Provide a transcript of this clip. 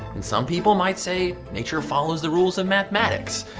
and some people might say nature follows the rules of mathematics.